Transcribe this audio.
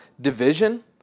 division